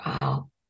Wow